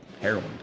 heroin